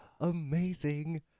amazing